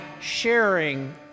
sharing